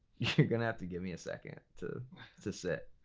you're gonna have to give me a second to to sit.